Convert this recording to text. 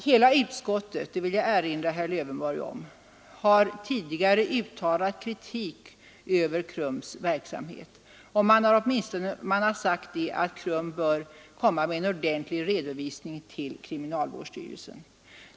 Hela utskottet — det vill jag erinra herr Lövenborg om +— har tidigare uttalat kritik mot KRUM:s verksamhet. Man har sagt att KRUM bör ge en ordentlig redovisning till kriminalvårdsstyrelsen.